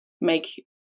make